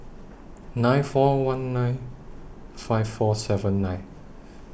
nine four one nine five four seven nine